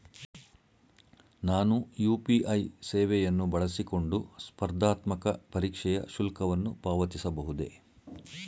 ನಾನು ಯು.ಪಿ.ಐ ಸೇವೆಯನ್ನು ಬಳಸಿಕೊಂಡು ಸ್ಪರ್ಧಾತ್ಮಕ ಪರೀಕ್ಷೆಯ ಶುಲ್ಕವನ್ನು ಪಾವತಿಸಬಹುದೇ?